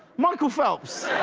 michael phelps.